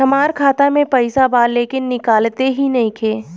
हमार खाता मे पईसा बा लेकिन निकालते ही नईखे?